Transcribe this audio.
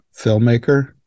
filmmaker